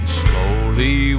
slowly